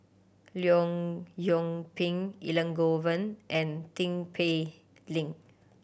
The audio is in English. Leong Yoon Pin Elangovan and Tin Pei Ling